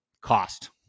Cost